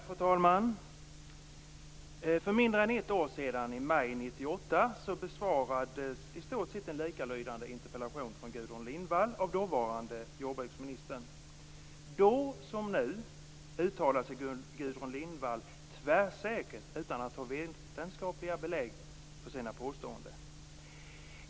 Fru talman! För mindre än ett år sedan, i maj 1998, besvarades en i stort likalydande interpellation från Gudrun Lindvall av dåvarande jordbruksministern. Då som nu uttalade sig Gudrun Lindvall tvärsäkert utan att ha vetenskapliga belägg för sina påståenden.